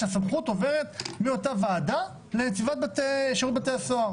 שהסמכות עוברת מאותה ועדה לנציבת שירות בתי הסוהר.